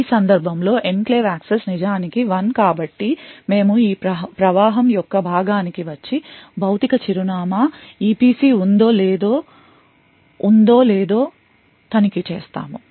ఈ సందర్భంలో enclave access నిజానికి 1 కాబట్టి మేము ఈ ప్రవాహం యొక్క భాగానికి వచ్చి భౌతిక చిరునామా EPC ఉందో లేదో ఉందొ లేదో తనిఖీ చేస్తాము